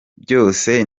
byose